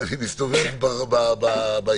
אני מסתובב בעיר,